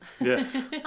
Yes